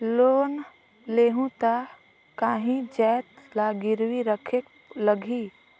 Loan लेहूं ता काहीं जाएत ला गिरवी रखेक लगही?